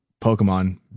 Pokemon